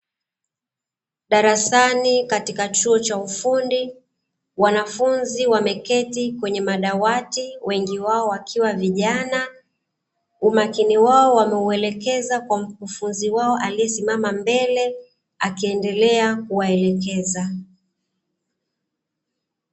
Darasani katika chuo cha ufundi wanafunzi wameketi kwenye madawati wengi wao wakiwa vijana, umakini wao wameuelekeza kwa mkufunzi wao aliye mbele huku akiendelea kufundisha.